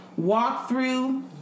walkthrough